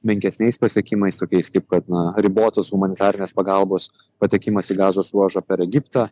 menkesniais pasiekimais tokiais kaip kad na ribotos humanitarinės pagalbos patekimas į gazos ruožą per egiptą